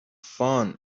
fun